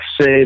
say